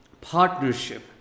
partnership